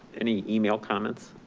any email comments?